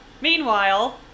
Meanwhile